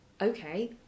okay